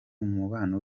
umubano